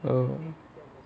um